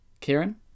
Kieran